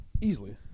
Easily